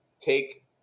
take